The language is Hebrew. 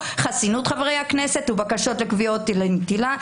חסינות חברי הכנסת ובקשות לקביעה לנטילתה,